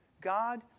God